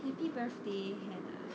happy birthday hannah